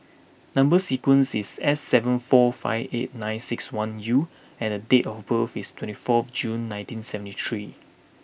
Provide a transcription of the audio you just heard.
number sequence is S seven four five eight nine six one U and date of birth is twenty four June nineteen seventy three